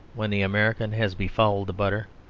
when the american has befouled the butter.